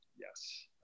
yes